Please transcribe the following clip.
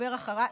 שידבר אחריי,